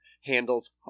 handles